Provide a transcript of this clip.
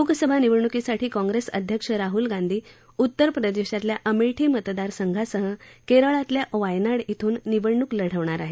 लोकसभा निवडणुकीसाठी काँप्रेस अध्यक्ष राहल गांधी उत्तरप्रदेशातल्या अमेठी मतदारसंघासह केरळातल्या वायनाड श्रिन निवडणूक लढवणार आहेत